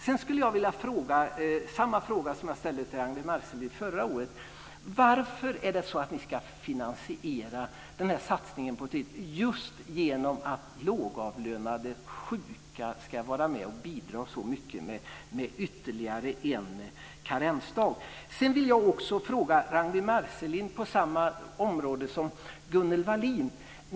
Sedan skulle jag vilja ställa samma fråga som jag ställde till Ragnwi Marcelind förra året. Varför ska ni finansiera denna satsning just med ytterligare en karensdag, vilket innebär att lågavlönade sjuka är med och bidrar? Sedan vill jag fråga Ragnwi Marcelind om samma område som jag frågade Gunnel Wallin om.